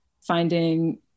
finding